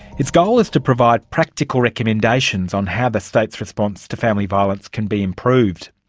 its goal is to provide practical recommendations on how the state's response to family violence can be improved.